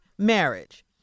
marriage